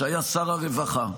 שהיה שר הרווחה.